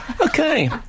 Okay